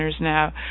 now